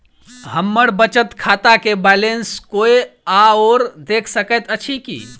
हम्मर बचत खाता केँ बैलेंस कोय आओर देख सकैत अछि की